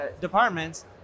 departments